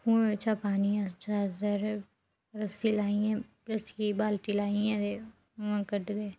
कुएं बिच्चा पानी अस ज्यादतर रस्सी लाइयै रसियै बाल्टी लाइयै ते कढदे